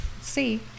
see